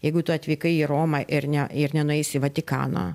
jeigu tu atvykai į romą ir ne ir nenueisi į vatikaną